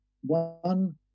one